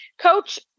Coach